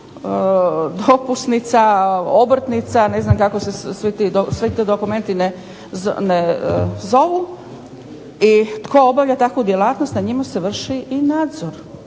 dopusnica, obrtnica, ne znam kako se sve ti dokumenti ne zovu, i tko obavlja takvu djelatnost, na njima se vrši i nadzor.